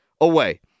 away